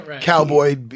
Cowboy